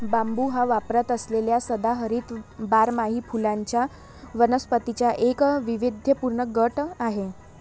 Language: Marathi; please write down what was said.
बांबू हा वापरात असलेल्या सदाहरित बारमाही फुलांच्या वनस्पतींचा एक वैविध्यपूर्ण गट आहे